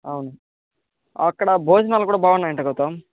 అవును అక్కడ భోజనాలు కూడా బావున్నాయట గౌతమ్